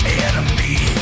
enemy